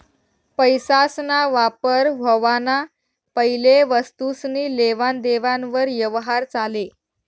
पैसासना वापर व्हवाना पैले वस्तुसनी लेवान देवान वर यवहार चाले